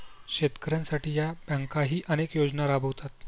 शेतकऱ्यांसाठी या बँकाही अनेक योजना राबवतात